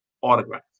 autograph